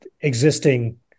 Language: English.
existing